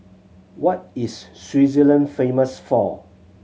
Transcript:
what is Swaziland famous for